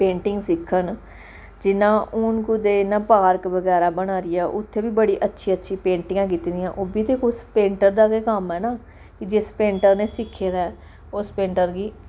painting सिक्खन जियां हून कुदै इं'या पार्क वगैरा बना दी ऐ ते उत्थे वी बड़ी अच्छी अच्छी पेंटिंगां कीती दियां ओह्बी ते कुस पेंटर दा गै कम्म ऐ ना कि जिस पेंटर नै सिक्खे दा ऐ उस पेंटर गी